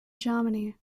germany